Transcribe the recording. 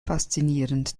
faszinierend